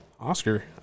Oscar